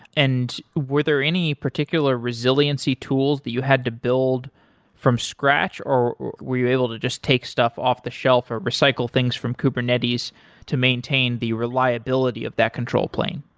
and were there any particular resiliency tools that you had to build from scratch, or were you able to just take stuff off the shelf or recycle things from kubernetes to maintain the reliability of that control plane?